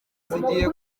zijyiye